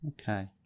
Okay